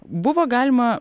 buvo galima